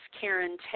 Karen